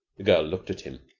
the girl looked at him.